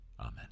Amen